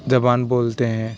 زبان بولتے ہیں